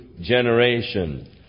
generation